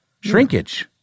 Shrinkage